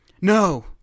No